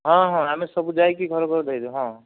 ହଁ ହଁ ଆମେ ସବୁ ଯାଇକି ଘରେ ଘରେ ଦେଇଦେବୁ ହଁ